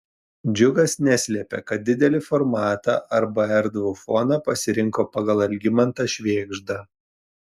džiugas neslepia kad didelį formatą arba erdvų foną pasirinko pagal algimantą švėgždą